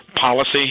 policy